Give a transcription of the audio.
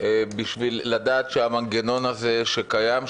בשביל לדעת שהמנגנון הזה שקיים,